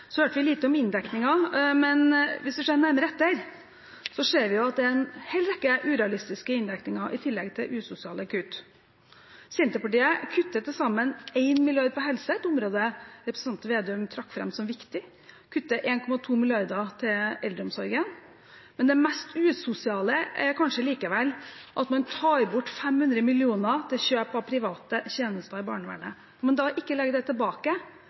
Så hørte vi lite om inndekningen. Hvis vi ser nærmere etter, ser vi at det er en hel rekke urealistiske inndekninger i tillegg til usosiale kutt. Senterpartiet kutter til sammen 1 mrd. kr på helse, et område representanten Slagsvold Vedum trakk fram som viktig, og kutter 1,2 mrd. kr på eldreomsorgen. Men det mest usosiale er kanskje likevel at man tar bort 500 mill. kr til kjøp av private tjenester i barnevernet. Om man ikke legger det tilbake